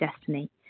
destiny